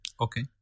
Okay